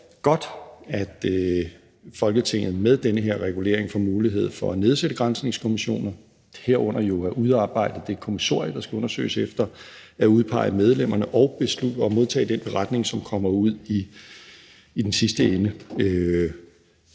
det er godt, at Folketinget med den her regulering får mulighed for at nedsætte granskningskommissioner, herunder jo at udarbejde det kommissorie, der skal undersøges efter, at udpege medlemmerne og modtage den beretning, som kommer ud i den sidste ende.